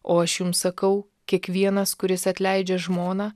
o aš jums sakau kiekvienas kuris atleidžia žmoną